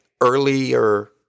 earlier